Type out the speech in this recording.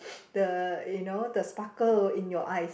the you know the sparkle in your eyes